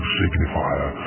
signifier